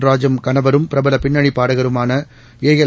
ராஜம் கணவரும் பிரபல பின்னணிப் பாடகருமான ஏஎல்